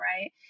right